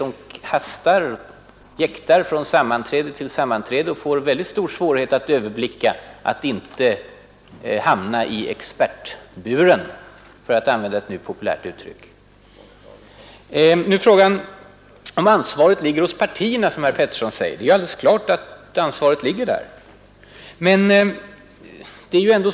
De jäktar från sammanträde till sammanträde och får mycket stor svårighet att överblicka sitt arbete och att inte hamna i ”expertburen”. Det är klart att ansvaret, som herr Pettersson säger, ligger Hos partierna.